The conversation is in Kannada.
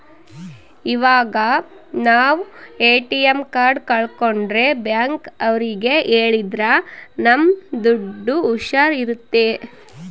ಇವಾಗ ನಾವ್ ಎ.ಟಿ.ಎಂ ಕಾರ್ಡ್ ಕಲ್ಕೊಂಡ್ರೆ ಬ್ಯಾಂಕ್ ಅವ್ರಿಗೆ ಹೇಳಿದ್ರ ನಮ್ ದುಡ್ಡು ಹುಷಾರ್ ಇರುತ್ತೆ